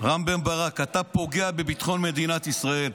רם בן ברק, אתה פוגע בביטחון מדינת ישראל.